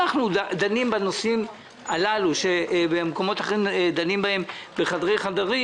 בנושאים שבמקומות אחרים דנים בהם בחדרי חדרים,